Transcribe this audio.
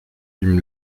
ihm